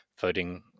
voting